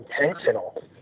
intentional